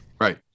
Right